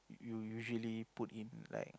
you usually put in like